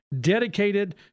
dedicated